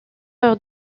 heure